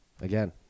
again